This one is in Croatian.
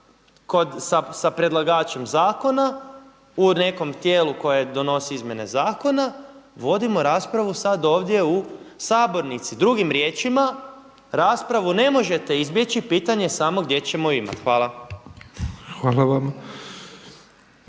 sa predlagačem zakona u nekom tijelu koje donosi izmjene zakona vodimo raspravu sada ovdje u sabornici. Drugim riječima raspravu ne možete izbjeći, pitanje je samo gdje ćemo je imati. Hvala. **Petrov,